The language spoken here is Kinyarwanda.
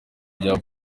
byaba